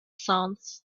sounds